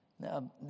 Now